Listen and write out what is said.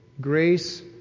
Grace